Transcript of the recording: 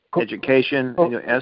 Education